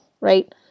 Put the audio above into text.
Right